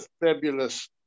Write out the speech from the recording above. fabulous